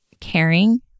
caring